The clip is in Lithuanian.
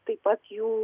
taip pat jų